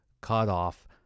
cutoff